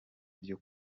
byo